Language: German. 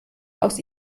aus